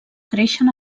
creixen